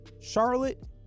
Charlotte